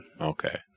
okay